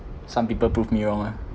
some people prove me wrong ah